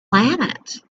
planet